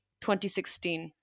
2016